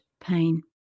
pain